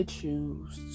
choose